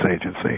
Agency